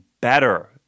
better